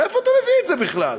מאיפה אתה מביא את זה בכלל?